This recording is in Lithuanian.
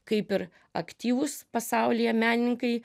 kaip ir aktyvūs pasaulyje menininkai